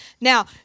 Now